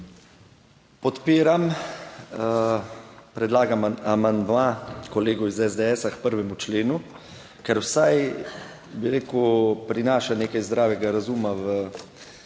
Podpiram predlagan amandma kolegov iz SDS k 1. členu, ker vsaj, bi rekel, prinaša nekaj zdravega razuma v